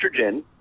Estrogen